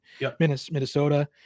Minnesota